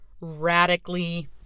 radically